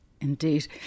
Indeed